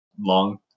long